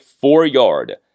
four-yard